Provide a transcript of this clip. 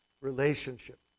relationship